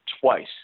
twice